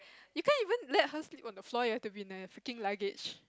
you can even let her sleep on the floor you have to be in the freaking luggage